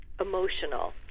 emotional